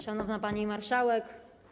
Szanowna Pani Marszałek!